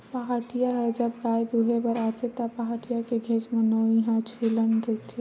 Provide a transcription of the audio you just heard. पहाटिया ह जब गाय दुहें बर आथे त, पहाटिया के घेंच म नोई ह छूलत रहिथे